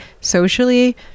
socially